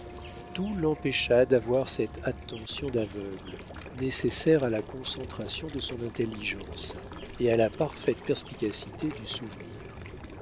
tout l'empêcha d'avoir cette attention d'aveugle nécessaire à la concentration de son intelligence et à la parfaite perspicacité du souvenir